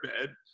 bed